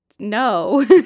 no